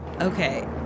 Okay